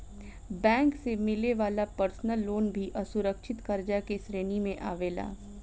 bank से मिले वाला पर्सनल लोन भी असुरक्षित कर्जा के श्रेणी में आवेला